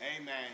Amen